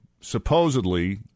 supposedly